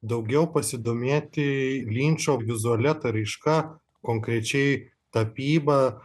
daugiau pasidomėti linčo vizualia ta raiška konkrečiai tapyba